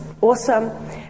awesome